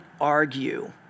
argue